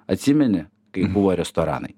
atsimeni kai buvo restoranai